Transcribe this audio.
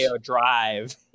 Drive